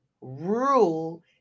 rule